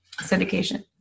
syndication